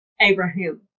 Abraham